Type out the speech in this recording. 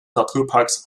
naturparks